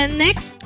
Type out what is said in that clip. and next,